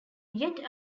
yet